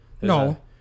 No